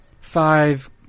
five